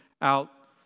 out